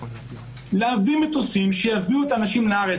להביא מטוסים שיביאו את האנשים לארץ,